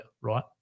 right